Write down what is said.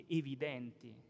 evidenti